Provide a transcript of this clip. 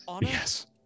Yes